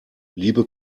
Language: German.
liebe